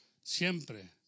Siempre